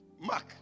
Mark